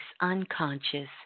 unconscious